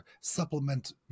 supplement